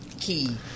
key